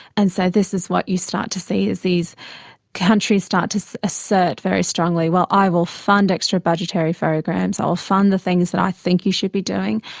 and so this is what you start to see, is these countries start to assert very strongly well, i will fund extrabudgetary programs, i'll fund the things that i think you should be doing,